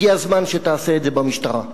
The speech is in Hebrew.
הגיע הזמן שתעשה את זה במשטרה.